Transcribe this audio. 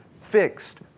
fixed